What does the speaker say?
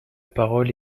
parole